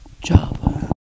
Java